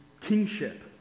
kingship